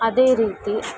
ಅದೇ ರೀತಿ